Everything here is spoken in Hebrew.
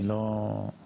היא לא שייכת.